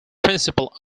principle